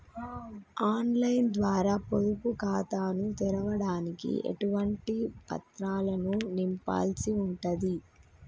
On line ద్వారా పొదుపు ఖాతాను తెరవడానికి ఎటువంటి పత్రాలను నింపాల్సి ఉంటది?